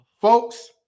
Folks